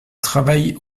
travaille